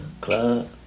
Club